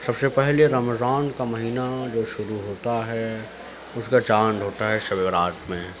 سب سے پہلے رمضان کا مہینہ جو شروع ہوتا ہے اُس کا چاند ہوتا ہے شب برات میں